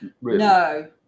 no